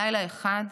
לילה אחד,